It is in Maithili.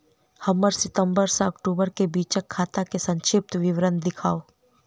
हमरा सितम्बर सँ अक्टूबर केँ बीचक खाता केँ संक्षिप्त विवरण देखाऊ?